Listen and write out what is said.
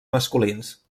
masculins